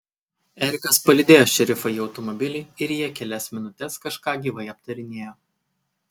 erikas palydėjo šerifą į automobilį ir jie kelias minutes kažką gyvai aptarinėjo